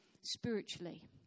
spiritually